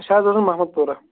أسۍ حَظ روزان محمد پورہ